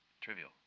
trivial